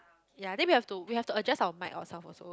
ya then we have to we have to adjust our mic ourselves also